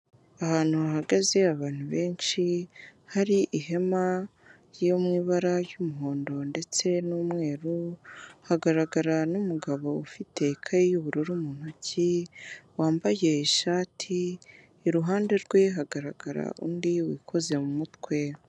Ahantu hahagaze abantu benshi hari ihema ryo mu ibara ry'umuhondo ndetse n'umweru hagaragara n'umugabo ufite ikaye y'ubururu mu ntoki wambaye ishati iruhande rwe hagaragarara undi wikoze mu mutwe.